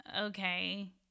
okay